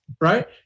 Right